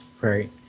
Right